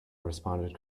responded